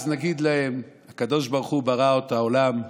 אז נגיד להם: הקדוש ברוך הוא ברא את העולם,